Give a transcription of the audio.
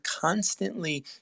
constantly